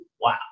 wow